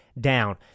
down